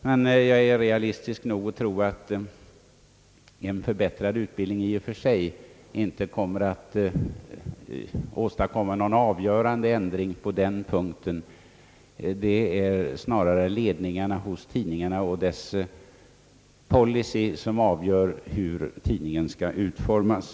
Men jag är realistisk nog att tro, att en förbättrad journalistutbildning inte i och för sig kan leda till någon avgörande ändring på den punkten — det är snarare tidningsledningen och dess policy som avgör hur tidningen utformas.